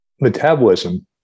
metabolism